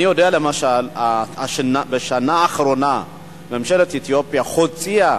אני יודע למשל שבשנה האחרונה ממשלת אתיופיה הוציאה